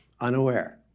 unaware